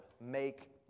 make